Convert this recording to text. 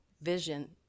vision